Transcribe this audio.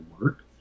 work